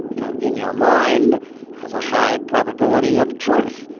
you know, in your mind has a high probability of truth.